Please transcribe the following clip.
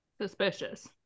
Suspicious